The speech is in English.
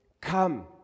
Come